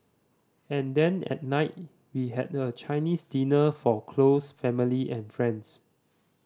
and then at night we had a Chinese dinner for close family and friends